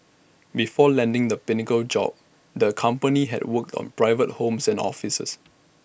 before landing the pinnacle job the company had worked on private homes and offices